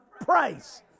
price